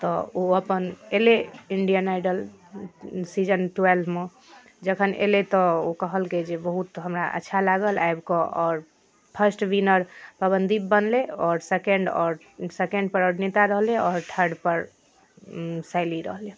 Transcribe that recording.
तऽ ओ अपन अयलै ईण्डियन आइडल सीजन ट्वेल्वमे जखन अयलै तऽ ओ कहलकै जे बहुत हमरा अच्छा लागल आबि कऽ आओर फर्स्ट विनर पवनदीप बनलै आओर सेकण्ड आओर सेकण्ड पर अरुणिता रहलै आओर थर्ड पर शैली रहलै